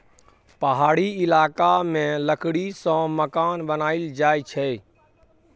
पहाड़ी इलाका मे लकड़ी सँ मकान बनाएल जाई छै